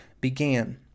began